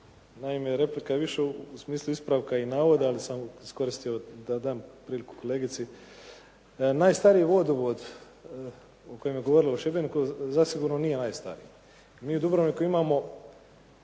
Naime, replika je više u smislu ispravka i navoda ali sam iskoristio da dam priliku kolegici, najstariji vodovod o kojem je govorila u Šibeniku zasigurno nije najstariji. Mi u Dubrovniku imamo